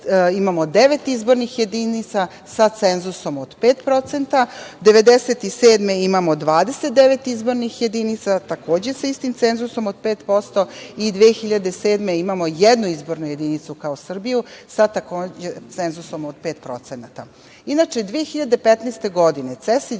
imamo devet izbornih jedinica, sa cenzusom od 5%. Godine 1997. imamo 29 izbornih jedinica, takođe sa istim cenzusom od 5% i 2007. godine imamo jednu izbornu jedinicu, kao Srbiju, sa takođe cenzusom od 5%.Inače, 2015. godine CESID